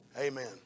Amen